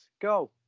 go